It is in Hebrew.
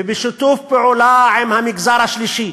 ובשיתוף פעולה עם המגזר השלישי,